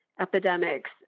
epidemics